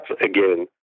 again